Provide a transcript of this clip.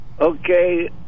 Okay